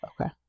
Okay